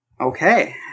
Okay